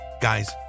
Guys